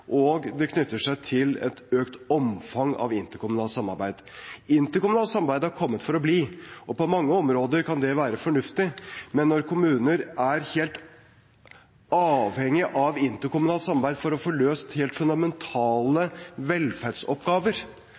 og det knytter seg til et økt omfang av interkommunalt samarbeid. Interkommunalt samarbeid er kommet for å bli, og på mange områder kan det være fornuftig. Men når kommuner er helt avhengig av interkommunalt samarbeid for å få løst helt fundamentale velferdsoppgaver,